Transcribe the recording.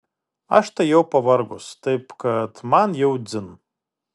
aš tai jau pavargus taip kad man jau dzin